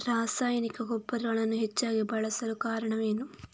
ರಾಸಾಯನಿಕ ಗೊಬ್ಬರಗಳನ್ನು ಹೆಚ್ಚಾಗಿ ಬಳಸಲು ಕಾರಣವೇನು?